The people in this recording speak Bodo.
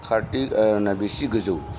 कार्टिक आर्याना बेसि गोजौ